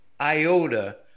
iota